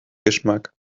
geschmack